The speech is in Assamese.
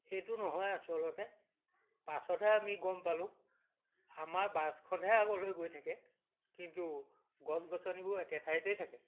সেইটো নহয় আচলতে পাছতহে আমি গম পালোঁ আমাৰ বাছখনহে আগলৈ গৈ থাকে কিন্তু গছ গছনিবোৰ একে ঠাইতেই থাকে